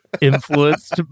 influenced